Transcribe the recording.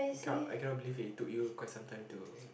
I can't I cannot believe it it took you quite some time to